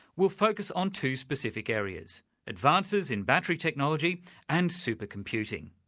we'll focus on two specific areas advances in battery technology and super-computing,